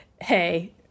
hey